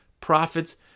profits